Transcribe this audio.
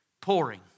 pouring